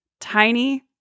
tiny